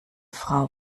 frau